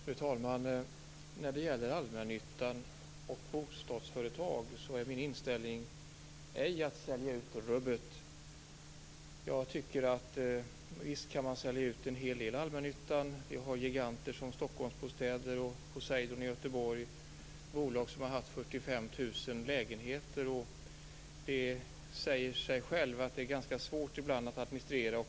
Fru talman! När det gäller allmännyttan och bostadsföretag är min inställning inte att sälja ut rubbet. Visst kan man sälja ut en hel del i allmännyttan. Vi har giganter som Stockholmsbostäder och Poseidon i Göteborg. Det är bolag som har haft 45 000 lägenheter. Det säger sig självt att det ibland har varit ganska svårt att administrera.